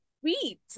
sweet